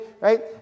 right